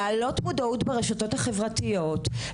להעלות מודעות ברשתות החברתיות,